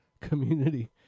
community